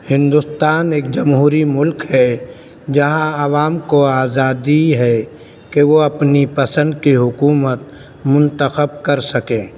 ہندوستان ایک جمہوری ملک ہے جہاں عوام کو آزادی ہے کہ وہ اپنی پسند کی حکومت منتخب کر سکیں